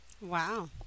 Wow